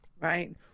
Right